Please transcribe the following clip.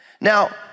Now